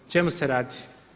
O čemu se radi?